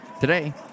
Today